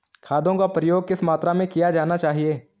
खादों का प्रयोग किस मात्रा में किया जाना चाहिए?